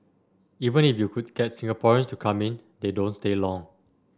even if you could get Singaporeans to come in they don't stay long